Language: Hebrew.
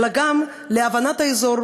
אלא גם בהבנת האזור,